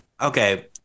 okay